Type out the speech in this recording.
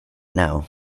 now